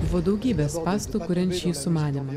buvo daugybė spąstų kuriant šį sumanymą